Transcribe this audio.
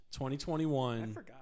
2021